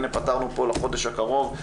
הנה פתרנו פה לחודש הקרוב,